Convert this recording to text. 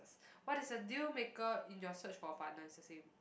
what is the deal maker in your search for partner is the same